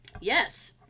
yes